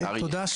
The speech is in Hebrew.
תודה,